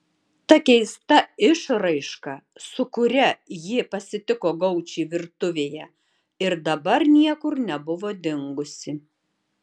ta keista išraiška su kuria ji pasitiko gaučį virtuvėje ir dabar niekur nebuvo dingusi